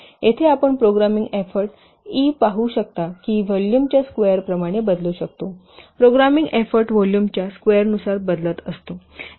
येथे आपण programming effort E पाहू शकता की व्हॉल्यूमच्या स्केयरप्रमाणे बदलू शकतो प्रोग्रामिंग एफोर्ट व्हॉल्यूमच्या स्केयरनुसार बदलत असतो